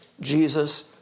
Jesus